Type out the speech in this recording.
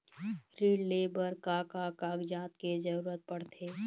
ऋण ले बर का का कागजात के जरूरत पड़थे?